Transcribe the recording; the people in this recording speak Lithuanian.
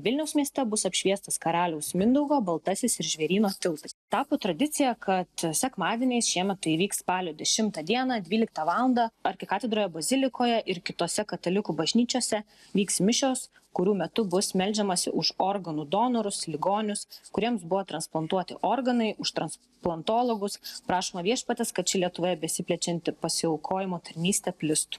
vilniaus mieste bus apšviestas karaliaus mindaugo baltasis ir žvėryno tiltai tapo tradicija kad sekmadieniais šiemet tai įvyks spalio dešimtą dieną dvyliktą valandą arkikatedroje bazilikoje ir kitose katalikų bažnyčiose vyks mišios kurių metu bus meldžiamasi už organų donorus ligonius kuriems buvo transplantuoti organai už transplantologus prašoma viešpaties kad ši lietuvoje besiplečianti pasiaukojimo tarnystė plistų